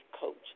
coach